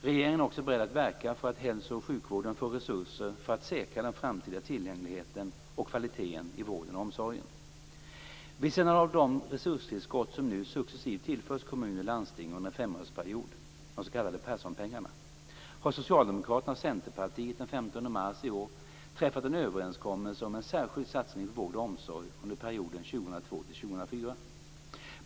Regeringen är också beredd att verka för att hälsooch sjukvården får resurser för att säkra den framtida tillgängligheten och kvaliteten i vården och omsorgen. Vid sidan av det resurstillskott som nu successivt tillförs kommuner och landsting under en femårsperiod - de s.k. Perssonpengarna - har Socialdemokraterna och Centerpartiet den 15 mars i år träffat en överenskommelse om en särskild satsning på vård och omsorg under perioden 2002-2004.